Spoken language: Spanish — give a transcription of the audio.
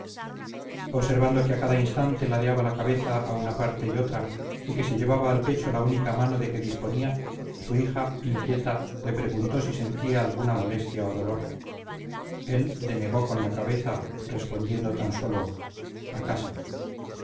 observando que a cada instante ladeaba la cabeza a una parte y otra y que se llevaba al pecho la única mano de que disponía su hija inquieta le preguntó si sentía alguna molestia o dolor él denegó con la cabeza respondiendo tan sólo a casa